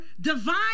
divine